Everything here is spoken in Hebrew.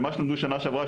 למה שלמדו שנה שעברה,